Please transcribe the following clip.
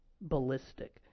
ballistic